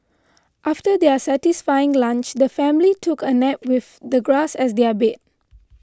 after their satisfying lunch the family took a nap with the grass as their bed